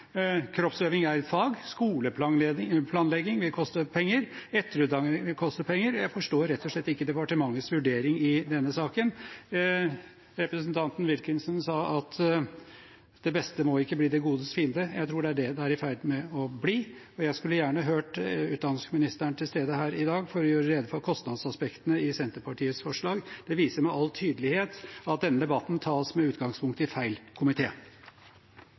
kroppsøving er et fag. Skoleplanlegging vil koste penger. Etterutdanningen vil koste penger. Jeg forstår rett og slett ikke departementets vurdering i denne saken. Representanten Wilkinson sa at det beste må ikke bli det godes fiende. Jeg tror det er det det er i ferd med å bli, og jeg skulle gjerne hørt utdanningsministeren her i dag for å gjøre rede for kostnadsaspektene i Senterpartiets forslag. Det viser med all tydelighet at denne debatten tas med utgangspunkt i feil